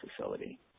facility